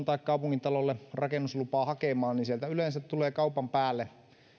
tai kaupungintalolle rakennuslupaa hakemaan sieltä yleensä tulee kaupan päälle